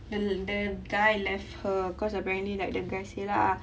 the the guy left guy cause apparently the guy say lah